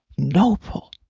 Noble